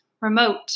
remote